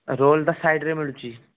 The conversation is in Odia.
ରୋଲ୍ ଟା ସାଇଡ଼ରେ ମିଳୁଛି